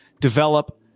develop